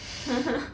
ha ha